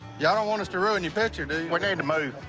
y'all don't want us to ruin your picture, do you? we need to move.